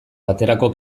baterako